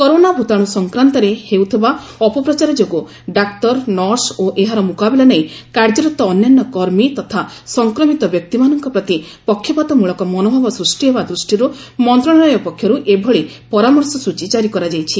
corona ଭୂତାଣୁ ସଂକ୍ରାନ୍ତରେ ହେଉଥିବା ଅପପ୍ରଚାର ଯୋଗୁଁ ଡାକ୍ତର ନର୍ସ ଓ ଏହାର ମୁକାବିଲା ନେଇ କାର୍ଯ୍ୟରତ ଅନ୍ୟାନ୍ୟ କର୍ମୀ ତଥା ସଂକ୍ରମିତ ବ୍ୟକ୍ତିମାନଙ୍କ ପ୍ରତି ପକ୍ଷପାତମୂଳକ ମନୋଭାବ ସୃଷ୍ଟି ହେବା ଦୃଷ୍ଟିରୁ ମନ୍ତ୍ରଶାଳୟ ପକ୍ଷରୁ ଏଭଳି ପରାମର୍ଶ ସୂଚୀ ଜାରି କରାଯାଇଛି